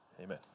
Amen